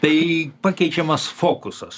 tai pakeičiamas fokusas